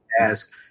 ask